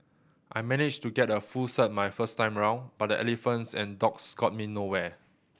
I managed to get a full cert my first time round but the Elephants and Dogs got me nowhere